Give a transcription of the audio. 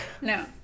No